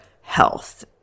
health